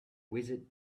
visit